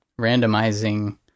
randomizing